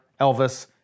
Elvis